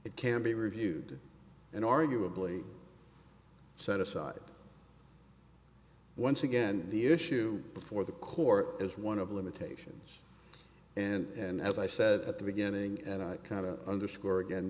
it can be reviewed and arguably set aside once again the issue before the court is one of limitations and as i said at the beginning and i kind of underscore again